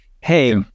Hey